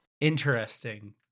Interesting